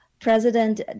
President